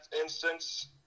instance